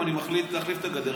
אם אני מחליט להחליף את הגדר,